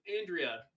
Andrea